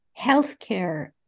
healthcare